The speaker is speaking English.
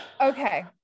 Okay